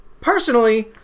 Personally